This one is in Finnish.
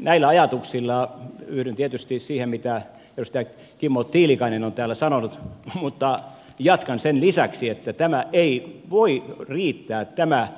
näillä ajatuksilla yhdyn tietysti siihen mitä edustaja kimmo tiilikainen on täällä sanonut mutta jatkan sen lisäksi että tämä ei voi riittää tämä